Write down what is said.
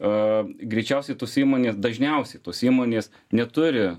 o greičiausiai tos įmonės dažniausiai tos įmonės neturi